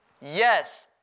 Yes